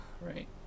Right